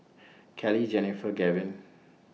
Keli Jenifer Gavyn